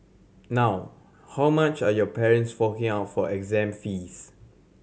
now how much are your parents forking out for exam fees